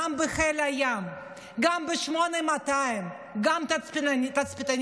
גם בחיל הים, גם ב-8200, גם תצפיתניות.